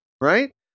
right